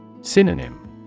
Synonym